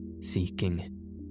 seeking